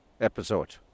episode